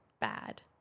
bad